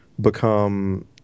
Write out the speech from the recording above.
become